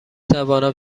توانم